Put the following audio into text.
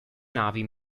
navi